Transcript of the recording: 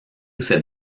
ces